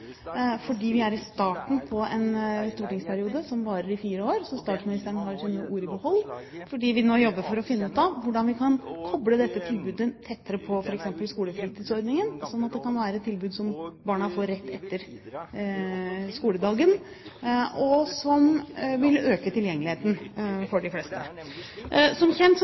fordi vi er i starten på en stortingsperiode som varer i fire år. Så statsministeren har sine ord i behold. Vi jobber nå for å finne ut hvordan vi kan koble dette tilbudet tettere til f.eks. skolefritidsordningen, slik at det kan være et tilbud som barna får rett etter skoledagen, noe som vil øke tilgjengeligheten for de fleste. Som kjent